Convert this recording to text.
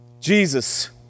Jesus